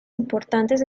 importantes